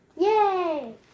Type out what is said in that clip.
Yay